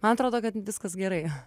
man atrodo kad viskas gerai